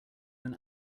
than